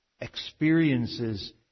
experiences